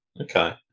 Okay